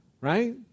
right